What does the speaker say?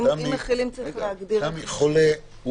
חולה,